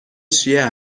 شیعه